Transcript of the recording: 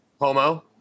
Homo